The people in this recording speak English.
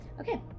okay